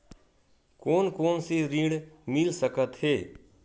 कोन कोन से ऋण मिल सकत हे?